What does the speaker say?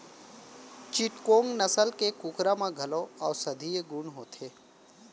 चिटगोंग नसल के कुकरा म घलौ औसधीय गुन होथे